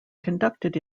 conducted